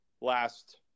last